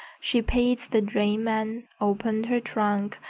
she paid the drayman, opened her trunk,